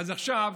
אז עכשיו,